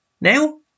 now